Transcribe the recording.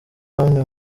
bamwe